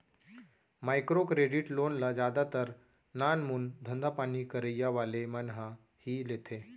micro credit loan ल जादातर नानमून धंधापानी करइया वाले मन ह ही लेथे